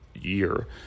year